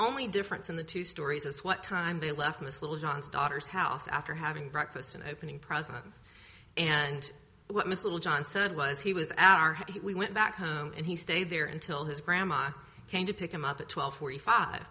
only difference in the two stories as what time they left miss littlejohn's daughter's house after having breakfast and opening presents and what miss littlejohn said was he was our he went back home and he stayed there until his grandma came to pick him up at twelve forty five